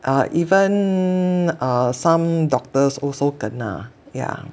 err even err some doctors also kena yeah